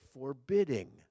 forbidding